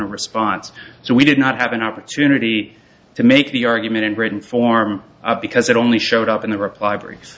a response so we did not have an opportunity to make the argument in written form because it only showed up in the reply br